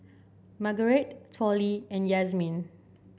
Margurite Tollie and Yazmin